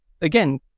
again